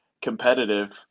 competitive